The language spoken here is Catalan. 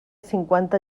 cinquanta